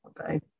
okay